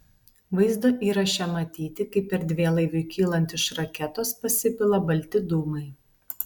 vaizdo įraše matyti kaip erdvėlaiviui kylant iš raketos pasipila balti dūmai